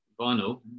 Vinyl